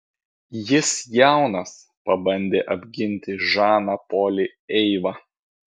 jis jaunas pabandė apginti žaną polį eiva